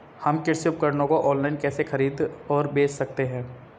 हम कृषि उपकरणों को ऑनलाइन कैसे खरीद और बेच सकते हैं?